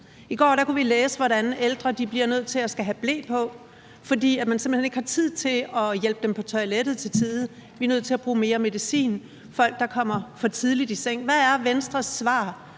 I går kunne vi læse, hvordan ældre bliver nødt til at skulle have ble på, fordi man simpelt hen ikke har tid til at hjælpe dem på toilettet i tide. Vi er nødt til at bruge mere medicin, og vi ser, at der er folk, der kommer for tidligt i seng. Hvad er Venstres svar